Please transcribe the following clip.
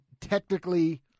technically